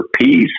peace